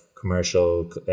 commercial